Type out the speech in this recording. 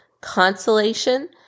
consolation